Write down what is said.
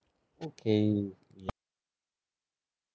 okay